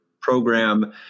program